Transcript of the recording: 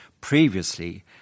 Previously